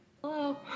Hello